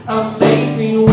amazing